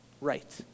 right